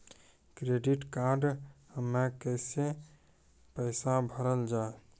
Credit card हम्मे कैसे पैसा भरल जाए?